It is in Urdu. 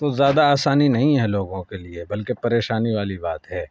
تو زیادہ آسانی نہیں ہے لوگوں کے لیے بلکہ پریشانی والی بات ہے